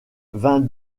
vingt